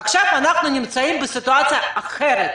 עכשיו אנחנו נמצאים בסיטואציה אחרת.